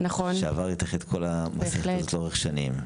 שעבר אתך את כל המסכת הזאת לאורך שנים.